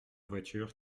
voiture